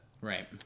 right